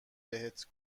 بهت